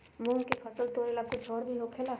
मूंग के फसल तोरेला कुछ और भी होखेला?